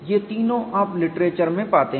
ये तीनों आप लिटरेचर में पाते हैं